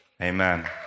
Amen